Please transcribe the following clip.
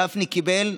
גפני קיבל,